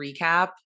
recap